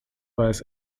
weiss